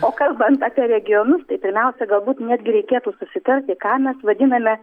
o kalbant apie regionus tai pirmiausia galbūt netgi reikėtų susitarti ką mes vadiname